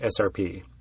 SRP